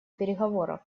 переговоров